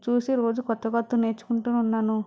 చూసి రోజు కొత్త కొత్త నేర్చుకుంటూ ఉన్నాను